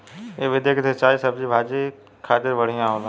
ए विधि के सिंचाई सब्जी भाजी खातिर बढ़िया होला